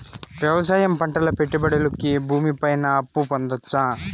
వ్యవసాయం పంటల పెట్టుబడులు కి భూమి పైన అప్పు పొందొచ్చా?